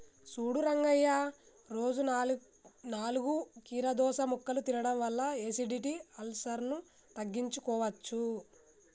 సూడు రంగయ్య రోజు నాలుగు కీరదోస ముక్కలు తినడం వల్ల ఎసిడిటి, అల్సర్ను తగ్గించుకోవచ్చు